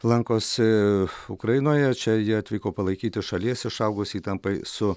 lankosi ukrainoje čia ji atvyko palaikyti šalies išaugus įtampai su